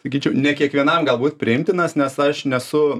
sakyčiau ne kiekvienam galbūt priimtinas nes aš nesu